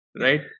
Right